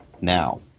now